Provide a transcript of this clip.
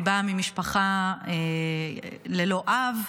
היא באה ממשפחה ללא אב,